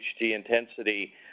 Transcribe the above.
intensity